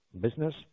business